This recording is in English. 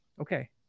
Okay